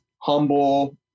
humble